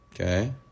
Okay